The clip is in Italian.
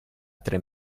tre